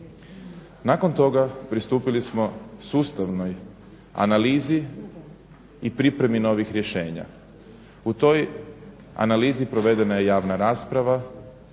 Nakon toga pristupili smo sustavnoj analizi i pripremi novih rješenja. U toj analizi provedena je javna rasprava,